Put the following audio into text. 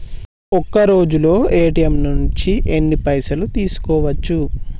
ఒక్కరోజులో ఏ.టి.ఎమ్ నుంచి ఎన్ని పైసలు తీసుకోవచ్చు?